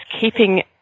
keeping